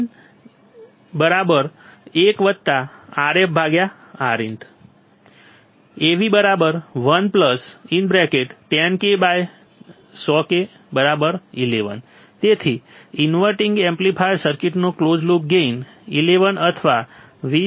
AvVoutVin1RfRin Av1100k10k11 તેથી inverting amplifier સર્કિટનો close loop gain 11 અથવા 20